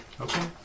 Okay